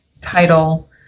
title